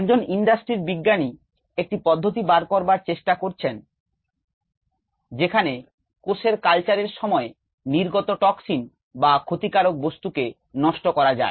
একজন ইন্ডাস্ট্রির বিজ্ঞানী একটি পদ্ধতি বার করবার চেষ্টা করছেন যেখানেই কোষের কালচার এর সময় নির্গত টক্সিন বা ক্ষতিকারক বস্তু কে নষ্ট করা যায়